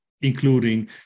including